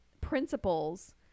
principles